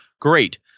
Great